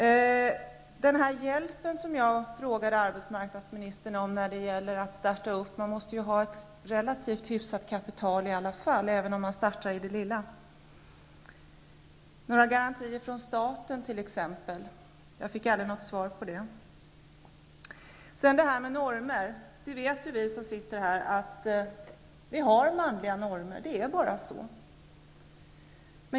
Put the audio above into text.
Även om man startar i det lilla är det nödvändigt att ha ett relativt hyfsat kapital. Jag frågade tidigare arbetsmarknadsministern om man i sådana fall skulle kunna få någon hjälp, exempelvis garantier från staten. Jag fick aldrig något svar på min fråga. Vi som sitter här vet att vi har manliga normer. Det är bara så.